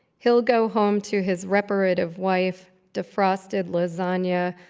he'll go home to his reparative wife, defrosted lasagna,